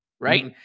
right